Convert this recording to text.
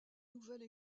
nouvelle